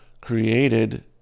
created